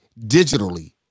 digitally